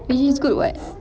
which is good [what]